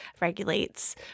regulates